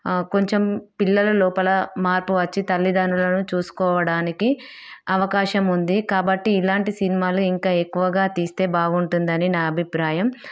కొంచెం పిల్లల లోపల మార్పు వచ్చి తల్లిదండ్రులను చూసుకోవడానికి అవకాశం ఉంది కాబట్టి ఇలాంటి సినిమాలు ఇంకా ఎక్కువగా తీస్తే బాగుంటుందని నా అభిప్రాయం